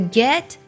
get